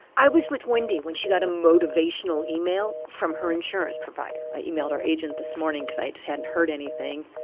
i was with wendy when she got a motivational email from her insurance provider i emailed our agent this morning because i hadn't heard anything.